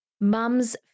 mums